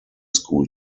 school